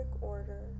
order